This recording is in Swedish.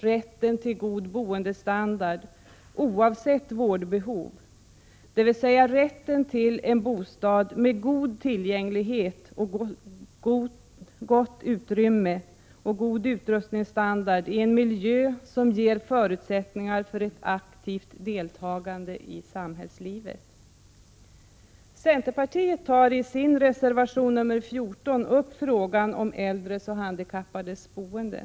Rätten till god boendestandard oavsett vårdbehov, dvs. rätten till en bostad med god tillgänglighet, gott om utrymme och god utrustningsstandard i en miljö som ger förutsättningar för ett aktivt deltagande i samhällslivet. Centerpartiet tar i reservation 14 upp frågan om äldres och handikappades boende.